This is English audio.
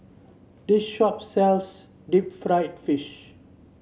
this shop sells Deep Fried Fish